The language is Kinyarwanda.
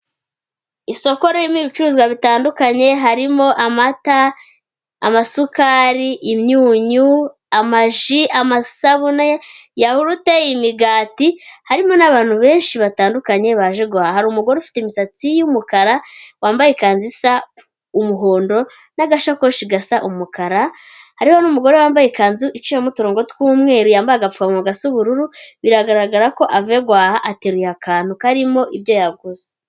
Isoko ririmo ibicuruzwa bitandukanye. Harimo amata, amasukari, imyunyu, amaji, amasabune, yawurute, imigati, harimo n'abantu benshi batandukanye baje guhaha. Hari umugore ufite imisatsi y'umukara wambaye ikanzu isa umuhondo n'agashakoshi gasa umukara, harimo n'umugore wambaye ikanzu iciyemo uturongo tw'umweru yambaye agapfukamunwa gasa ubururu. Biragaragara ko avuye guhaha ateruye akantu karimo ibyo yaguze.